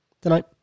tonight